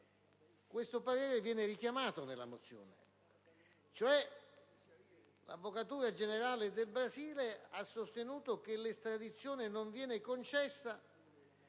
citato - viene riportato nella mozione. L'Avvocatura generale del Brasile ha sostenuto che l'estradizione non viene concessa